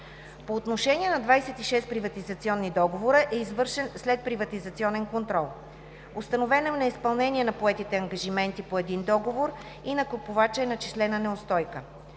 По отношение на 26 приватизационни договора е извършен следприватизационен контрол. Установено е неизпълнение на поети ангажименти по един договор и на купувача е начислена неустойка.